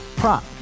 prop